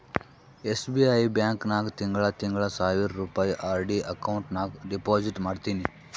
SBI bank ನಾಗ್ ತಿಂಗಳಾ ತಿಂಗಳಾ ಸಾವಿರ್ ರುಪಾಯಿ ಆರ್.ಡಿ ಅಕೌಂಟ್ ನಾಗ್ ಡೆಪೋಸಿಟ್ ಮಾಡ್ತೀನಿ